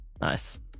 Nice